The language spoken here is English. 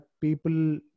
people